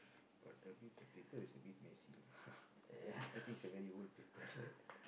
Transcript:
got a bit the people is a bit messy lah I think it's a very old people